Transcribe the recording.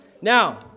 now